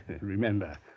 remember